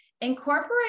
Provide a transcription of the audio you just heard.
incorporate